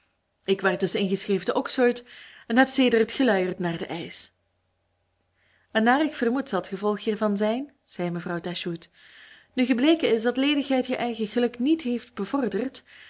ik werd dus ingeschreven te oxford en heb sedert geluierd naar den eisch en naar ik vermoed zal t gevolg hiervan zijn zeide mevrouw dashwood nu gebleken is dat ledigheid je eigen geluk niet heeft bevorderd